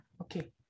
okay